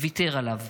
ויתר עליו?